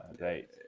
right